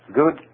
good